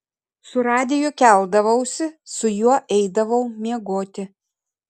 su radiju keldavausi su juo eidavau miegoti